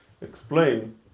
explain